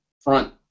front